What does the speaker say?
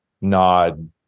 nod